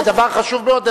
זה דבר חשוב מאוד.